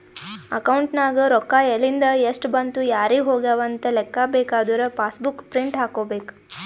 account ನಾಗ್ ರೊಕ್ಕಾ ಎಲಿಂದ್, ಎಸ್ಟ್ ಬಂದು ಯಾರಿಗ್ ಹೋಗ್ಯವ ಅಂತ್ ಲೆಕ್ಕಾ ಬೇಕಾದುರ ಪಾಸ್ ಬುಕ್ ಪ್ರಿಂಟ್ ಹಾಕೋಬೇಕ್